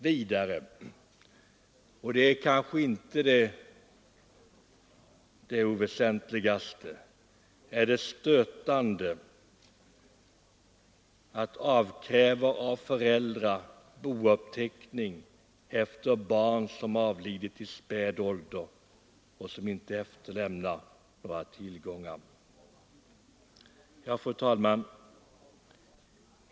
Vidare — och det är inte det minst väsentliga — är det stötande att avkräva föräldrar bouppteckning efter barn som avlidit i späd ålder och som inte efterlämnar några tillgångar. Fru talman!